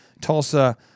Tulsa